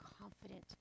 confident